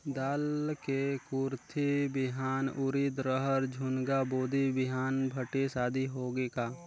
दाल मे कुरथी बिहान, उरीद, रहर, झुनगा, बोदी बिहान भटेस आदि होगे का?